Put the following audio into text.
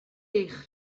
eich